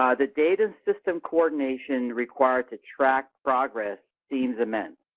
um the data system coordination required to track progress seems immense.